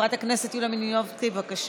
חברת הכנסת יוליה מלינובסקי, בבקשה.